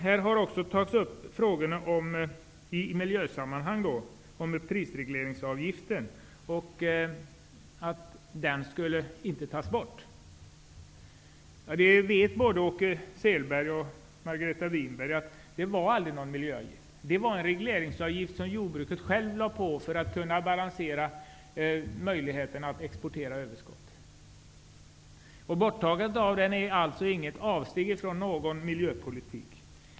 Här har också berörts prisregleringsavgiftens funktion i miljösammanhang, och man har sagt att den inte skall tas bort. Både Åke Selberg och Margareta Winberg vet att den aldrig var någon miljöavgift. Det var en regleringsavgift som jordbruket självt lade på sig för att kunna balansera och ha möjlighet att exportera överskott. Borttagandet av avgiften är alltså inte ett avsteg från någon miljöpolitik.